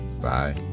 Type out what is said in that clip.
bye